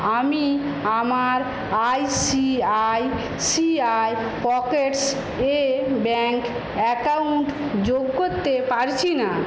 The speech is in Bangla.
আমি আমার আইসিআইসিআই পকেটস এ ব্যাংক অ্যাকাউন্ট যোগ করতে পারছি না